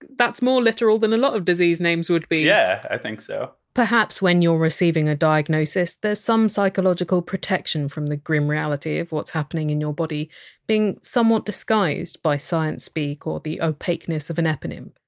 that's more literal than a lot of disease names would be yeah, i think so perhaps, when you're receiving a diagnosis, there's some psychological protection from the grim reality of what's happening in your body being somewhat disguised by science-speak or the opaqueness of an eponym.